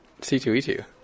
C2E2